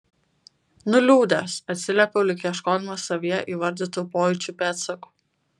nuliūdęs atsiliepiau lyg ieškodamas savyje įvardytų pojūčių pėdsakų